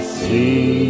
see